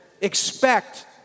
expect